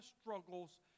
struggles